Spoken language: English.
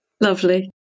lovely